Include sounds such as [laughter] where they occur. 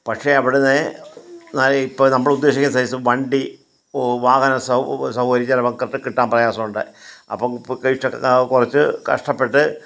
പക്ഷേ അവിടന്ന് ഇപ്പോൾ നമ്മളുദ്ദേശിക്കുന്ന സൈസ് വണ്ടി വാഹനം സൗകര്യം ചിലപ്പോൾ കിട്ടാൻ പ്രയാസം ഉണ്ട് അപ്പം [unintelligible] കുറച്ച് കഷ്ടപ്പെട്ട്